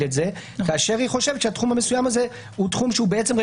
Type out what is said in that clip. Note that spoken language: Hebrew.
את זה כשהיא חושבת שהתחום המסוים הזה הוא רגולציה,